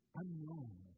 unknown